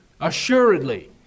assuredly